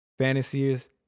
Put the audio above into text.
Fantasiers